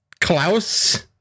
Klaus